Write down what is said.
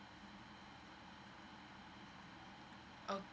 oh